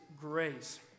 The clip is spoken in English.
grace